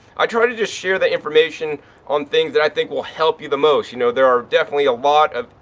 i try to just share the information on things that i think will help you the most, you know. there are definitely a lot of,